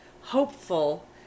hopeful